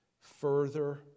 further